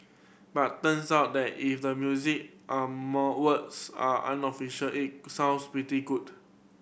but turns out that if the music are more words are unofficial it sounds pretty good